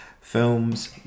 films